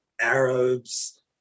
Arabs